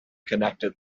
connected